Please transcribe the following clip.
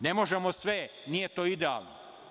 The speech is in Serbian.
Ne možemo sve, nije to idealno.